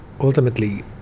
ultimately